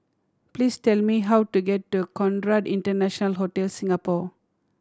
please tell me how to get to Conrad International Hotel Singapore